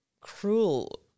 cruel